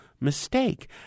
mistake